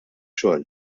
xogħol